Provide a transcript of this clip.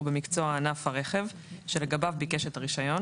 במקצוע בענף הרכב שלגביו ביקש את הרישיון,